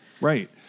Right